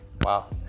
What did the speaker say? Wow